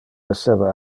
esseva